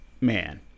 man